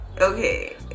okay